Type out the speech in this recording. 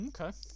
okay